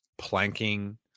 planking